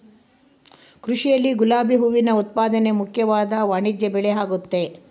ಕೃಷಿಯಲ್ಲಿ ಗುಲಾಬಿ ಹೂವಿನ ಉತ್ಪಾದನೆ ಮುಖ್ಯವಾದ ವಾಣಿಜ್ಯಬೆಳೆಆಗೆತೆ